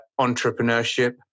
entrepreneurship